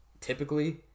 typically